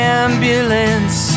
ambulance